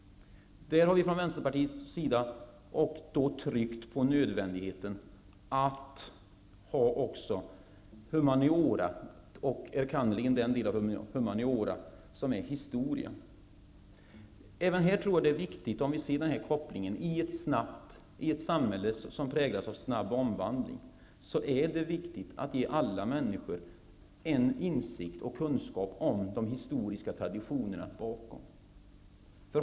Vi har från Vänsterpartiets sida tryckt på nödvändigheten av att undervisa i humaniora, enkannerligen den del av humaniora som är historia. I ett samhälle som präglas av snabb omvandling är det viktigt att ge alla människor en insikt i och kunskap om de historiska traditionerna.